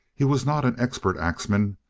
he was not an expert axman,